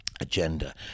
agenda